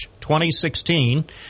2016